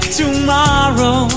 tomorrow